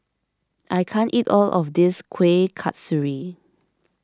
I can't eat all of this Kueh Kasturi